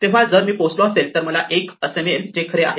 तेव्हा जर मी पोहोचलो असेल तर मला 1 असे मिळेल जे खरे आहे